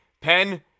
Pen